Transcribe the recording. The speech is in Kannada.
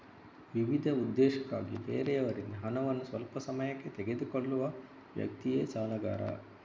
ವಿವಿಧ ಉದ್ದೇಶಕ್ಕಾಗಿ ಬೇರೆಯವರಿಂದ ಹಣವನ್ನ ಸ್ವಲ್ಪ ಸಮಯಕ್ಕೆ ತೆಗೆದುಕೊಳ್ಳುವ ವ್ಯಕ್ತಿಯೇ ಸಾಲಗಾರ